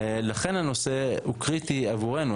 לכן הנושא הוא קריטי עבורנו.